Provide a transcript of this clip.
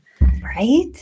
Right